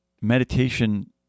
Meditation